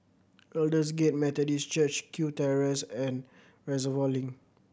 Aldersgate Methodist Church Kew Terrace and Reservoir Link